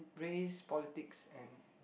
race politics and